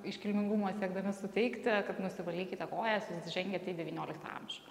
iškilmingumo siekdami suteikti kad nusivalykite kojas jūs žengiat į devynioliktą amžių